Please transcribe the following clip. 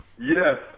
Yes